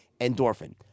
endorphin